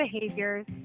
behaviors